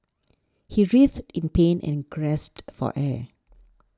he writhed in pain and gasped for air